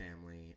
family